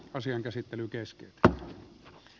asian käsittely keskeytetään